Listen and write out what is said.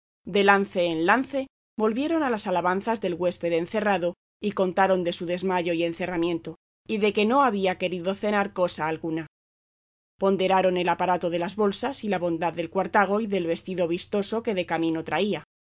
de lance en lance volvieron a las alabanzas del huésped encerrado y contaron de su desmayo y encerramiento y de que no había querido cenar cosa alguna ponderaron el aparato de las bolsas y la bondad del cuartago y del vestido vistoso que de camino traía